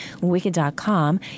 wicked.com